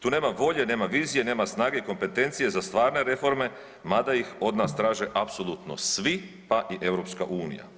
Tu nema volje, nema vizije, nema snage, kompetencije za stvarne reforme mada ih od nas traže apsolutno svi pa i EU.